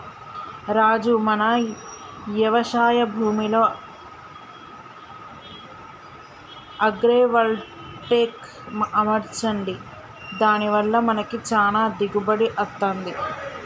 రాజు మన యవశాయ భూమిలో అగ్రైవల్టెక్ అమర్చండి దాని వల్ల మనకి చానా దిగుబడి అత్తంది